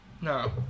no